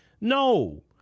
No